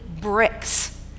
bricks